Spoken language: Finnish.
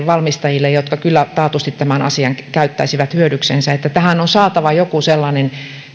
valmistajille jotka kyllä taatusti tämän asian käyttäisivät hyödyksensä eli tähän on saatava joku sellainen